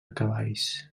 cavalls